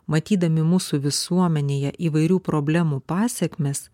matydami mūsų visuomenėje įvairių problemų pasekmes